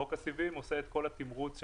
חוק הסיבים עושה את כל התמרוץ שאמרנו,